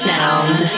Sound